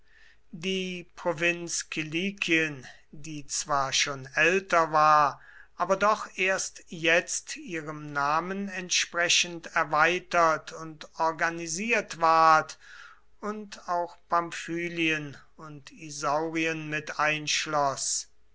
die provinz kilikien die zwar schon älter war aber doch erst jetzt ihrem namen entsprechend erweitert und organisiert ward und auch pamphylien und isaurien